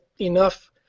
enough